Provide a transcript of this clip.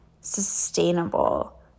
sustainable